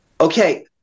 Okay